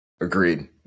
Agreed